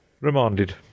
Remanded